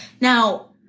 Now